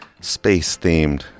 space-themed